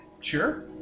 Sure